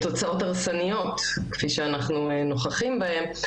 לתוצאות הרסניות כפי שאנחנו נוכחים בהן.